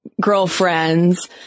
girlfriends